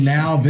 now